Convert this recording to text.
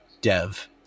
dev